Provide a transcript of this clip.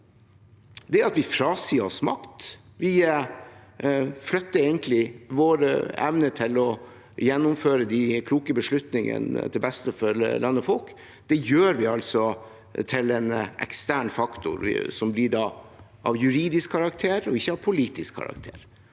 da, er å frasi oss makt, vi flytter vår evne til å gjennomføre de kloke beslutningene til det beste for land og folk. Det gjør vi altså til en ekstern faktor som blir av juridisk karakter, og ikke av politisk karakter.